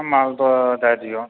हमरा तऽ दय दिअ